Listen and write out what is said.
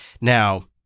Now